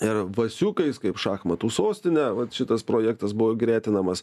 ir vasiukais kaip šachmatų sostine vat šitas projektas buvo gretinamas